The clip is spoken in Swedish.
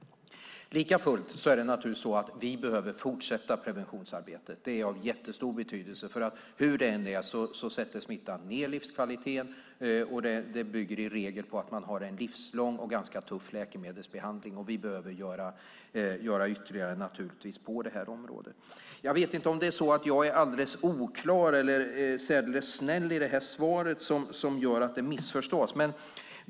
Likafullt är det naturligtvis så att vi behöver fortsätta preventionsarbetet. Det är av jättestor betydelse. Hur det än är sätter smittan ned livskvaliteten. Det bygger i regel på att man har en livslång och ganska tuff läkemedelsbehandling, och vi behöver naturligtvis göra ytterligare insatser på det här området. Jag vet inte om det är så att jag är alldeles oklar eller särdeles snäll i det här svaret som gör att det missförstås.